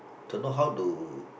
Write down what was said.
to know how to